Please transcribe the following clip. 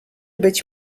być